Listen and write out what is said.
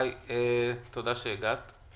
תודה שהגעת.